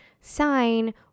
sign